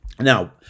Now